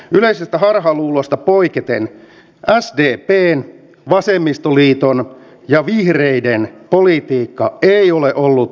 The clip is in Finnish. yleisestä harhaluulosta poiketen sdpn vasemmistoliiton ja vihreiden politiikka ei ole ollut eläkeläismyönteistä